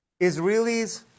Israelis